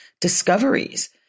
discoveries